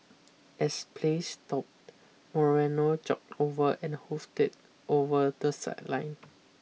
as play stopped Moreno jogged over and hoofed it over the sideline